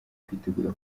kwitegura